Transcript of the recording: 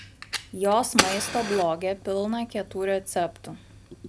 jos maisto bloge pilna kietų receptų